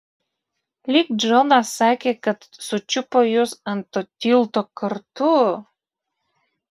lyg džonas sakė kad sučiupo jus ant to tilto kartu